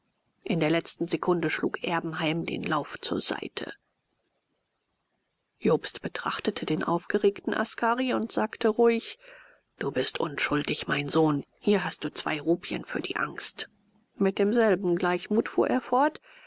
in der letzten sekunde schlug erbenheim den lauf zur seite jobst betrachtete den aufgeregten askari und sagte ruhig du bist unschuldig mein sohn hier hast du zwei rupien für die angst mit demselben gleichmut fuhr